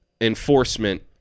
enforcement